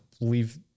leave